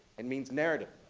it means narrative.